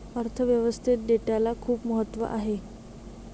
अर्थ व्यवस्थेत डेटाला खूप महत्त्व आहे